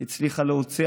שהצליחה להוציא,